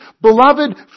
beloved